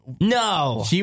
No